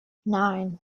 nine